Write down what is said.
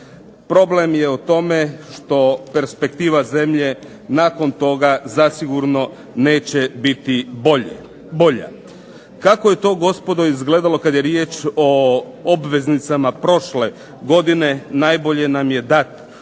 Problem je u tome što perspektiva zemlje nakon toga zasigurno neće biti bolja. Kako je to gospodo izgledalo kad je riječ o obveznicama prošle godine, najbolje nam je dat